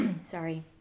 Sorry